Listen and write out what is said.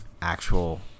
actual